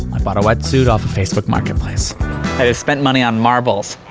i bought a wetsuit off of facebook marketplace. i just spent money on marbles.